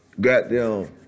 goddamn